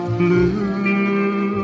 blue